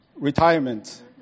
Retirement